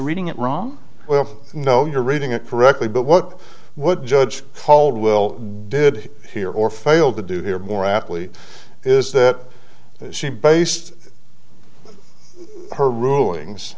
reading it wrong well you know you're reading it correctly but what what judge caldwell did here or failed to do here more aptly is that she based her rulings